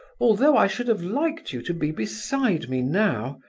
although i should have liked you to be beside me now.